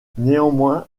néanmoins